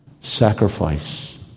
sacrifice